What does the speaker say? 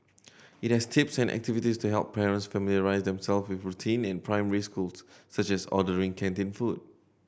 it has tips and activities to help parents familiarise themselves with routine in primary schools such as ordering canteen food